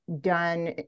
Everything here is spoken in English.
done